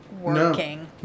Working